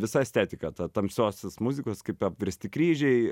visa estetika ta tamsiosios muzikos kaip apversti kryžiai